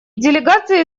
делегации